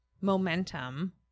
momentum